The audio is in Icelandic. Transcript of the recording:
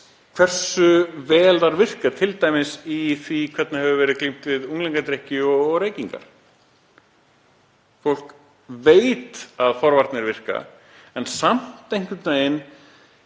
hversu vel þær virka, t.d. í því hvernig glímt hefur verið við unglingadrykkju og reykingar. Fólk veit að forvarnir virka en samt einhvern veginn